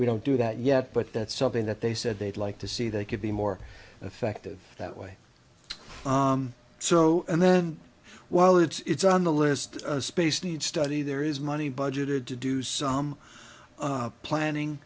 we don't do that yet but that's something that they said they'd like to see they could be more effective that way so and then while it's on the list space needs study there is money budgeted to do some planning